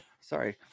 sorry